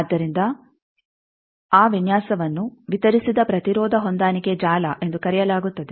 ಆದ್ದರಿಂದ ಆ ವಿನ್ಯಾಸವನ್ನು ವಿತರಿಸಿದ ಪ್ರತಿರೋಧ ಹೊಂದಾಣಿಕೆ ಜಾಲ ಎಂದು ಕರೆಯಲಾಗುತ್ತದೆ